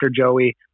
Joey